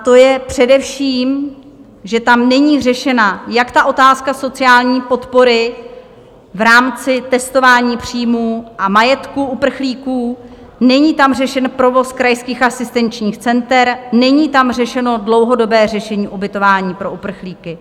To je především to, že tam není řešena jak otázka sociální podpory v rámci testování příjmů a majetku uprchlíků, není tam řešen provoz krajských asistenčních center, není tam řešeno dlouhodobé řešení ubytování pro uprchlíky.